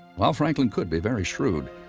while franklin could be very shrewd,